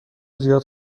زیاد